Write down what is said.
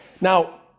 Now